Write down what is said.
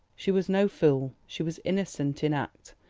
she was no fool, she was innocent in act,